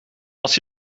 als